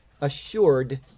assured